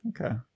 Okay